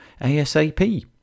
ASAP